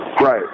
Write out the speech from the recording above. Right